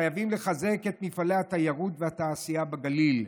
חייבים לחזק את מפעלי התיירות והתעשייה בגליל,